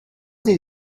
did